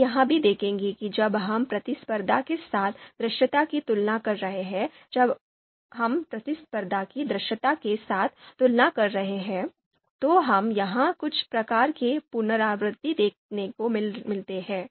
आप यह भी देखेंगे कि जब हम प्रतिस्पर्धा के साथ दृश्यता की तुलना कर रहे हैं और जब हम प्रतिस्पर्धा की दृश्यता के साथ तुलना कर रहे हैं तो हमें यहाँ कुछ प्रकार के पुनरावृत्ति देखने को मिलते हैं